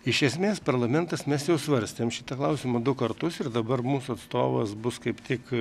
iš esmės parlamentas mes jau svarstėm šitą klausimą du kartus ir dabar mūsų atstovas bus kaip tik